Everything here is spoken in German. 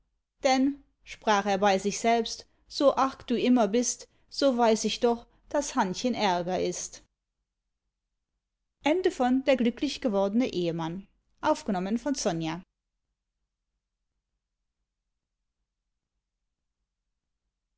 denn sprach er bei sich selbst so arg du immer bist so weiß ich doch daß hannchen ärger ist